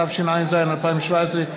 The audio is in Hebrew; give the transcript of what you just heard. התשע"ז 2017,